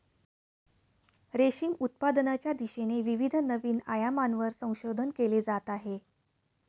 रेशीम उत्पादनाच्या दिशेने विविध नवीन आयामांवर संशोधन केले जात आहे